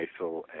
ISIL